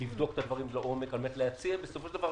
לבדוק את הדברים לעומק על מנת להציע בסופו של דבר,